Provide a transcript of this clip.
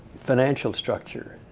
financial structure,